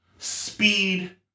speed